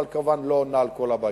אבל כמובן לא פותרת את כל הבעיות.